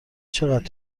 چقدر